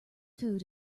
food